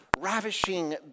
ravishing